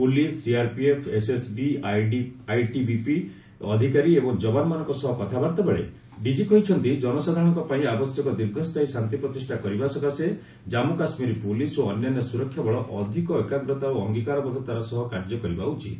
police CRPF SSB ଓ ଆଇଟିବିପିର ଅଧିକାରୀ ଏବଂ ଯବାନମାନଙ୍କ ସହ କଥାବାର୍ତ୍ତାବେଳେ ଡିକି କହିଛନ୍ତି କନସାଧାରଣଙ୍କପାଇଁ ଆବଶ୍ୟକ ଦୀର୍ଘସ୍ଥାୟୀ ଶାନ୍ତି ପ୍ରତିଷ୍ଠା କରିବା ସକାଶେ ଜନ୍ମୁ କାଶ୍ମୀର ପୁଲିସ୍ ଓ ଅନ୍ୟାନ୍ୟ ସୁରକ୍ଷା ବଳ ଅଧିକ ଏକାଗ୍ରତା ଓ ଅଙ୍ଗୀକାରବଦ୍ଧତାର ସହ କାର୍ଯ୍ୟ କରିବା ଉଚିତ